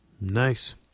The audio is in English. Nice